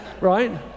right